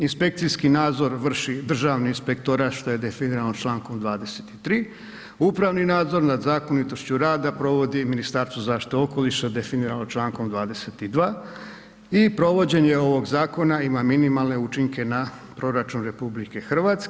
Inspekcijski nadzor vrši Državni inspektorat, što je definirano člankom 23., upravni nadzor nad zakonitošću rada provodi Ministarstvo zaštite okoliša definirano člankom 22. i provođenje ovog zakona ima minimalne učinke na proračun RH.